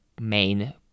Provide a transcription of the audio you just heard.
main